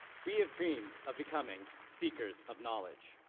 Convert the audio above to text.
we have dreamed of becoming seekers of knowledge.